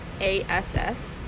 ASS